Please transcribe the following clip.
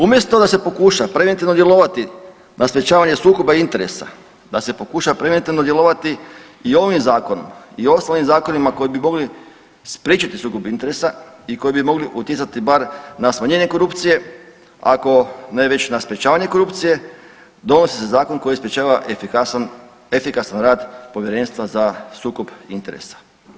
Umjesto da se pokuša preventivno djelovati na sprječavanje sukoba interesa, da se pokuša preventivno djelovati i ovim zakonom i ostalim zakonima koji bi mogli spriječiti sukob interesa i koji bi mogli utjecati bar na smanjenje korupcije ako ne već na sprječavanje korupcije donosi se zakon koji sprječava efikasan, efikasan rad Povjerenstva za sukob interesa.